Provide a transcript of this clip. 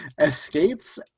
escapes